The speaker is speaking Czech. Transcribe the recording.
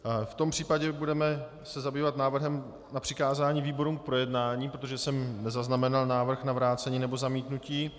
V tom případě se budeme zabývat návrhem na přikázání výborům k projednání, protože jsem nezaznamenal návrh na vrácení nebo zamítnutí.